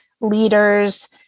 leaders